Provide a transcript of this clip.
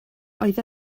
oedd